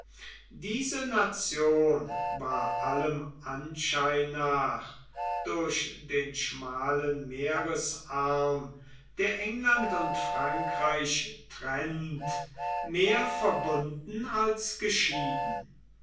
diese nation war allem anschein nach durch den schmalen meeresarm der england und frankreich trennt mehr verbunden als geschieden